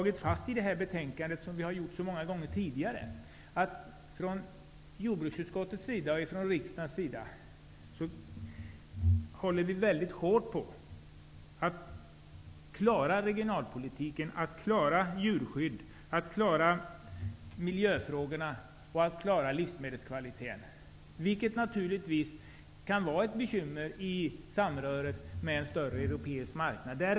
I betänkandet har vi som så många gånger tidigare slagit fast att vi från jordbruksutskottets sida och från riksdagen håller väldigt hårt på att klara regionalpolitiken, att klara djurskyddet, att klara miljöfrågorna och att klara livsmedelskvaliteten. Det här kan utgöra ett bekymmer i ett samröre med en större europeisk marknad.